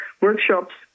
workshops